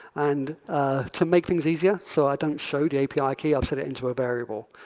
and to make things easier so i don't show the api key, i'll set it into a variable.